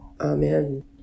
amen